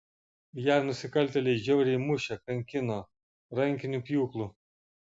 ją nusikaltėliai žiauriai mušė kankino rankiniu pjūklu